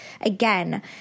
again